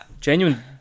genuine